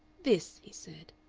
this, he said,